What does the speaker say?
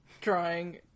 drawing